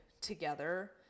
together